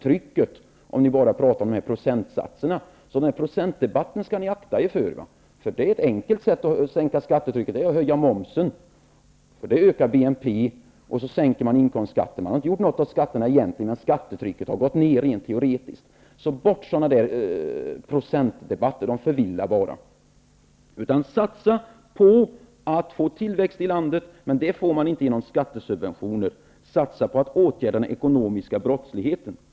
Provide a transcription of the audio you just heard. Så blir det om man bara pratar om procentsatserna. Ni skall akta er för procentdebatten. Ett enkelt sätt att sänka skattetrycket är att höja momsen. Då ökar BNP, och inkomstskatterna sänks. Egentligen har inte något gjorts åt skatterna, men skattetrycket har sjunkit rent teoretiskt. Sluta med procentdebatter. De bara förvillar. Satsa på tillväxt i landet. Men det åstadkoms inte med hjälp av skattesubventioner. Satsa i stället på att vidta åtgärder mot den ekonomiska brottsligheten.